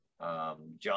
John